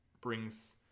brings